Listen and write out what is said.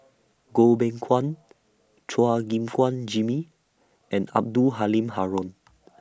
Goh Beng Kwan Chua Gim Guan Jimmy and Abdul Halim Haron